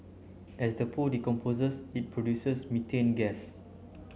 as the poo decomposes it produces methane gas